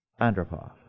Andropov